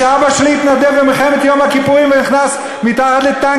מה הקשקוש הזה?